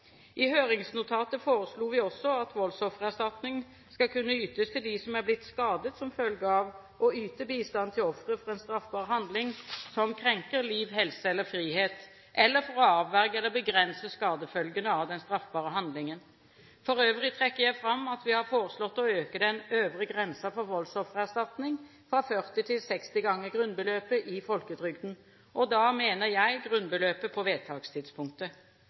I høringsnotatet foreslo vi også at voldsoffererstatning skal kunne ytes til dem som er blitt skadet som følge av å yte bistand til ofre for en straffbar handling som krenker liv, helse eller frihet, eller for å avverge eller begrense skadefølgene av den straffbare handlingen. For øvrig trekker jeg fram at vi har foreslått å øke den øvre grensen for voldsoffererstatning fra 40 til 60 ganger grunnbeløpet i folketrygden, og da mener jeg grunnbeløpet på vedtakstidspunktet.